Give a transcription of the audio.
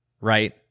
right